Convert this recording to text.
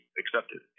accepted